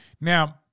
Now